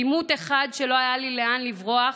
עימות אחד כשלא היה לי לאן לברוח,